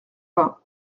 vingt